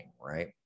right